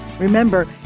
Remember